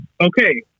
Okay